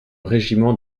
régiment